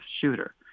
shooter